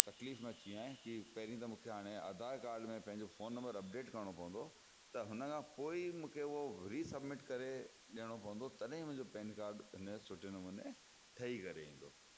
तकलीफ़ में अची वियो आहियां की पहले त मूंखे हाणे आधार काड में पंहिंजो फोन नंबर अपडेट करिणो पवंदो त हुन खां पोइ ई मूंखे उहो रिसबमिट करे ॾियणो पवंदो तॾहिं मुंहिंजो पेन काड इन सुठे नमूने ठही वेंदो